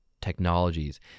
technologies